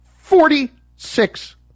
Forty-six